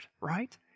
right